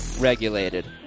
regulated